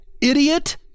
idiot